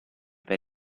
per